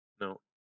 No